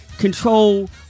control